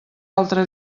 altre